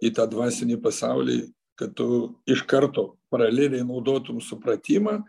į tą dvasinį pasaulį kad tu iš karto paraleliai naudotum supratimą